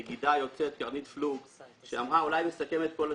הנגידה היוצאת קרנית פלוג שאמרה ואולי זה יסכם את כל הדיון.